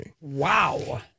Wow